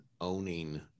owning